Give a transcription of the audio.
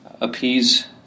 appease